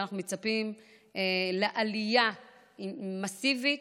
ואנחנו מצפים לעלייה מסיבית,